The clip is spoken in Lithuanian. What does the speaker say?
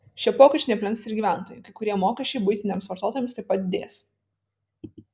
šie pokyčiai neaplenks ir gyventojų kai kurie mokesčiai buitiniams vartotojams taip pat didės